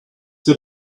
they